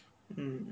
mm